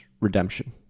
redemption